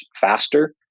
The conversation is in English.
faster